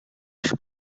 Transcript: eich